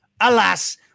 alas